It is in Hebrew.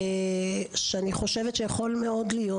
אני חושבת שיכול מאוד להיות,